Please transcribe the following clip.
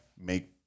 make